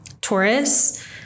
Taurus